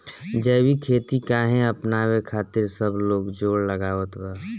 जैविक खेती काहे अपनावे खातिर सब लोग जोड़ लगावत बा?